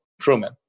Truman